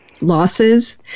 losses